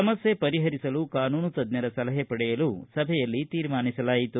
ಸಮಸ್ಥೆ ಪರಿಹರಿಸಲು ಕಾನೂನು ತಜ್ವರ ಸಲಹೆ ಪಡೆಯಲು ಸಭೆಯಲ್ಲಿ ತೀರ್ಮಾನಿಸಲಾಯಿತು